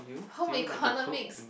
home economics